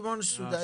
שמעון סודאי.